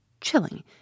chilling